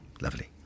Lovely